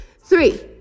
three